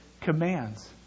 commands